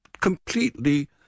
completely